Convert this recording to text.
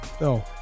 no